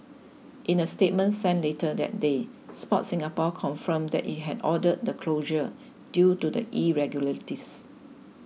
in a statement sent later that day Sport Singapore confirmed that it had ordered the closure due to the irregularities